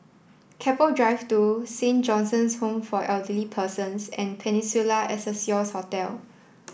Keppel drive two Saint John's Home for Elderly Persons and Peninsula Excelsior Hotel